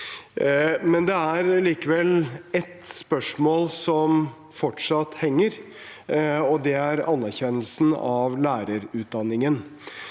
Men det er likevel et spørsmål som fortsatt henger, og det er anerkjennelsen av lærerutdanningen.